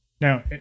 Now